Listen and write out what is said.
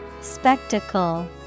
Spectacle